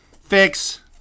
Fix